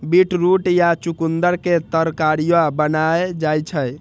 beetroot या चुकंदर के तरकारियो बनाएल जाइ छै